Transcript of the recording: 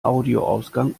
audioausgang